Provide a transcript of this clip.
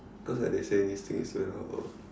cause like they say this thing is two and a half hour